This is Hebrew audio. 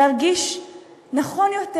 להרגיש נכון יותר,